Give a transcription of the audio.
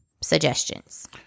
Suggestions